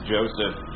Joseph